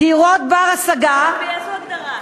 דירות בנות-השגה, על-פי איזו הגדרה?